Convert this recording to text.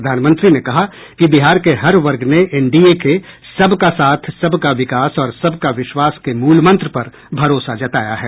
प्रधानमंत्री ने कहा कि बिहार के हर वर्ग ने एनडीए के सबका साथ सबका विकास और सबका विश्वास के मूल मंत्र पर भरोसा जताया है